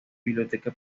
biblioteca